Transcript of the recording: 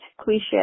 cliche